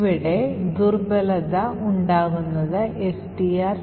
ഇവിടെ ദുർബലത ഉണ്ടാകുന്നത് strcpy ആണ്